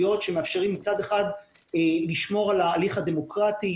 שמאפשרים מצד אחד לשמור על ההליך הדמוקרטי,